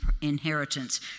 inheritance